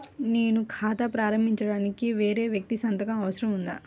నేను ఖాతా ప్రారంభించటానికి వేరే వ్యక్తి సంతకం అవసరం ఉందా?